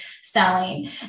selling